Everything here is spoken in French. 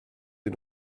est